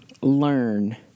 learn